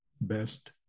best